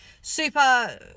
super